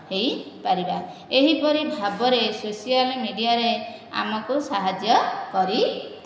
ହୋଇ ପାରିବା ଏହିପରି ଭାବରେ ସୋସିଆଲ ମିଡ଼ିଆରେ ଆମକୁ ସାହାଯ୍ୟ କରି